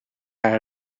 haar